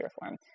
reform